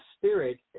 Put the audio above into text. Spirit